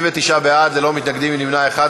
39 בעד, אין מתנגדים, נמנע אחד.